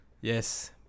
Yes